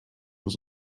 was